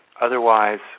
Otherwise